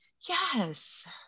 yes